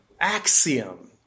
axiom